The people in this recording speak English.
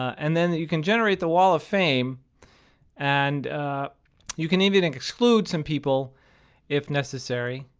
and then you can generate the wall of fame and you can even exclude some people if necessary,